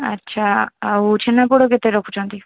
ଆଚ୍ଛା ଆଉ ଛେନାପୋଡ଼ କେତେ ରଖୁଛନ୍ତି